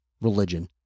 Religion